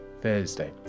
Thursday